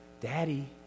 daddy